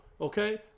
okay